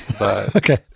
Okay